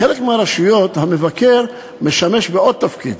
בחלק מהרשויות המבקר משמש בעוד תפקיד.